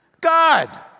God